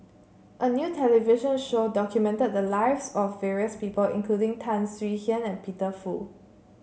a new television show documented the lives of various people including Tan Swie Hian and Peter Fu